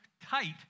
tight